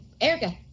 Erica